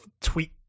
tweet